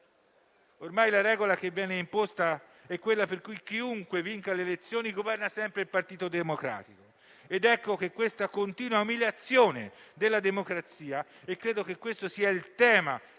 Ormai la regola che viene imposta è quella per cui, chiunque vinca le elezioni, governa sempre il Partito Democratico. Ed ecco che la continua umiliazione della democrazia - credo che questo sia il tema